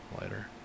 lighter